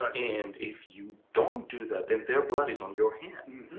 and if you don't do that, then their blood is on your hands.